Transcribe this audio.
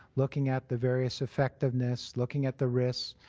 looking at the various effectiveness, looking at the risk,